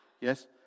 Yes